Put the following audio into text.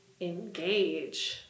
engage